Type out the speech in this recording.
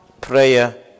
prayer